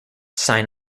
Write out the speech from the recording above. sign